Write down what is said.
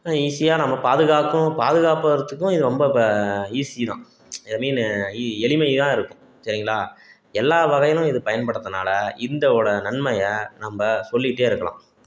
ஈஸியாக நம்ம பாதுகாக்கவும் பாதுகாப்பறத்துக்கும் இது ரொம்ப ஈஸி தான் ஐ மீனு இ எளிமையாக இருக்கும் சரிங்களா எல்லாம் வகையிலும் இது பயன்படுறதுனால் இந்தாவோடய நன்மையை நம்ம சொல்லிகிட்டே இருக்கலாம்